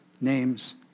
name's